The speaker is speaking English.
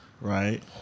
right